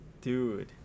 Dude